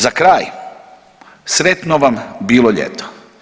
Za kraj, sretno vam bilo ljeto.